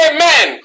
Amen